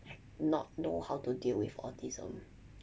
not know how to deal with autism